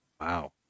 Wow